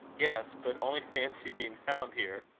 yes, but only fancy being found here!